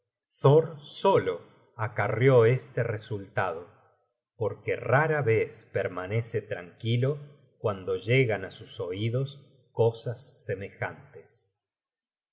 solo acarreó este resultado porque rara vez permanece tranquilo cuando llegan ásus oidos cosas semejantes